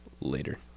Later